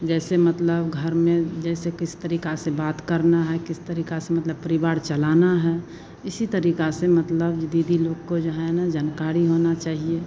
जैसे मतलब घर में जैसे किस तरीका से बात करना है किस तरीका से मतलब परिवार चलाना है इसी तरीका से मतलब ये दीदी लोग को जो है न जानकारी होना चाहिए